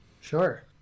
sure